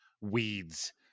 weeds